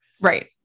right